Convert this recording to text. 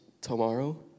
Tomorrow